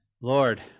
Lord